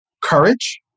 courage